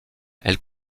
elle